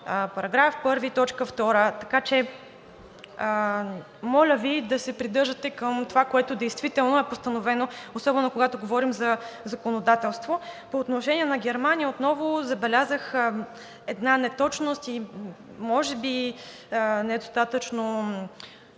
§ 1, т. 2“. Така че моля Ви да се придържате към онова, което действително е постановено, особено когато говорим за законодателство. По отношение на Германия отново забелязах една неточност и може би недостатъчно